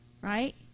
right